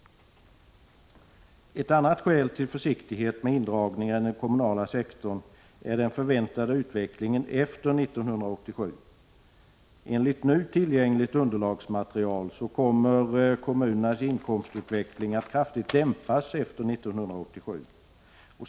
Ett annat skäl till försiktighet med indragningar i den kommunala sektorn är den förväntade utvecklingen efter 1987. Enligt nu tillgängligt underlagsmaterial kommer kommunernas inkomstutveckling att kraftigt dämpas efter 1987.